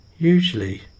Usually